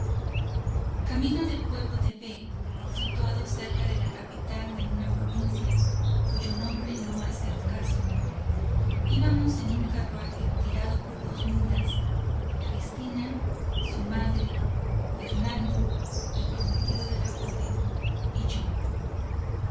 camino del pueblo de b situado cerca de la capital de una provincia cuyo nombre no hace al caso íbamos en un carruaje tirado por dos mulas cristina su madre fernando el prometido de la joven y yo